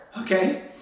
okay